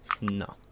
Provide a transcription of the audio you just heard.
No